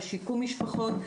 שיקום משפחות,